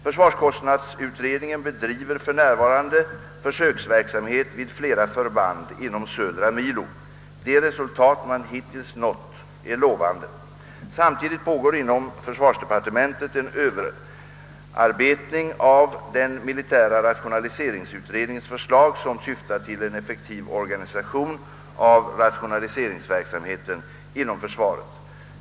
Försvarskostnadsutredningen bedriver för närvarande viss försöksverksamhet vid flera förband inom södra milo. De resultat man hittills nått är lovande. Samtidigt pågår inom försvarsdepartementet en överarbetning av den militära rationaliseringsutredningens förslag, som syftar till en effektiv organisation för rationaliseringsverksamheten inom försvaret.